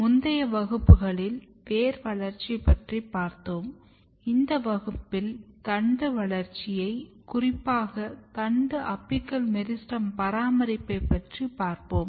முந்தய வகுப்புகளில் வேர் வளர்ச்சி பற்றி பார்த்தோம் இந்த வகுப்பில் தண்டு வளர்ச்சியை குறிப்பாக தண்டு அபிக்கல் மெரிஸ்டெம் பராமரிப்பை SAM பராமரிப்பு பற்றி பார்ப்போம்